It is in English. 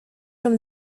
from